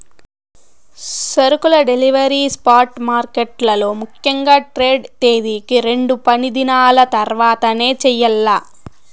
సరుకుల delivery spot మార్కెట్లలో ముఖ్యంగా ట్రేడ్ తేదీకి రెండు పనిదినాల తర్వాతనే చెయ్యాల్ల